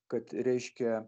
kad reiškia